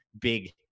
big